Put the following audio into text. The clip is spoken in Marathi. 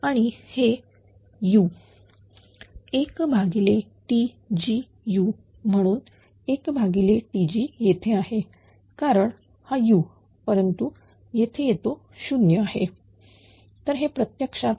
आणि हे u 1Tg u म्हणून 1Tg येथे आहे कारण हा u परंतु इथे येतो 0 आहे